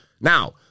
Now